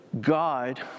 God